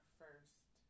first